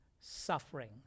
suffering